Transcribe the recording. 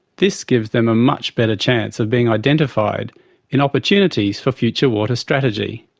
this gives them a much better chance of being identified in opportunities for future water strategy.